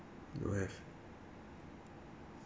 don't have